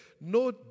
no